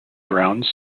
grounds